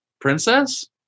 princess